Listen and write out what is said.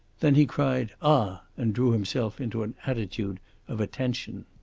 then he cried, ah! and drew himself into an attitude of attention.